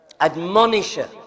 admonisher